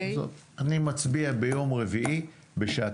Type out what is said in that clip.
אני מצביע ביום רביעי בשעה